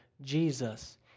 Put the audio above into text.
Jesus